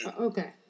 Okay